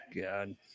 God